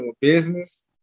business